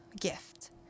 gift